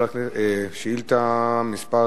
שאילתא מס'